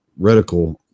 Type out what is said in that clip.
reticle